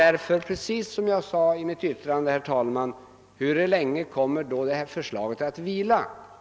Man kan, såsom jag framhöll i mitt tidigare anförande, undra hur länge detta förslag kommer att få vila.